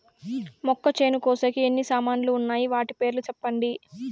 మొక్కచేను కోసేకి ఎన్ని సామాన్లు వున్నాయి? వాటి పేర్లు సెప్పండి?